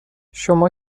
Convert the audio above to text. شما